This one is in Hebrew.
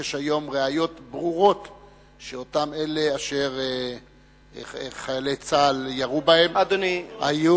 יש היום ראיות ברורות שאותם אלה אשר חיילי צה"ל ירו בהם היו